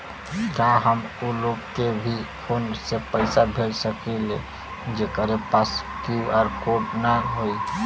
का हम ऊ लोग के भी फोन से पैसा भेज सकीला जेकरे पास क्यू.आर कोड न होई?